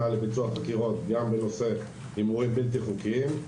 לביצוע חקירות גם בנושא הימורים בלתי חוקיים.